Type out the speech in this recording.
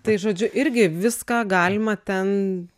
tai žodžiu irgi viską galima ten